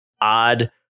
odd